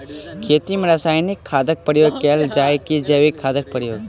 खेत मे रासायनिक खादक प्रयोग कैल जाय की जैविक खादक प्रयोग?